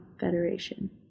Federation